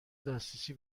دسترسی